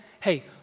Hey